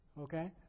Okay